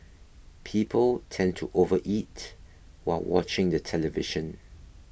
people tend to overeat while watching the television